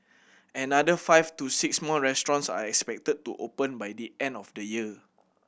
another five to six more restaurants are expected to open by the end of the year